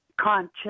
conscious